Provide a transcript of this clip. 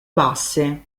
basse